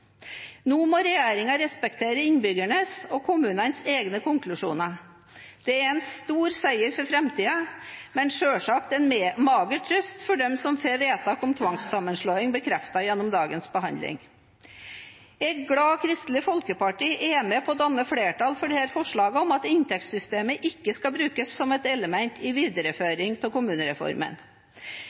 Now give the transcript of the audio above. Nå må regjeringen respektere innbyggernes og kommunenes egne konklusjoner. Det er en stor seier for framtiden, men selvsagt en mager trøst for dem som får vedtak om tvangssammenslåing bekreftet gjennom dagens behandling. Jeg er glad Kristelig Folkeparti er med på å danne flertall for disse forslagene, bl.a. om at inntektssystemet ikke skal brukes som et element i videreføringen av kommunereformen.